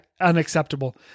unacceptable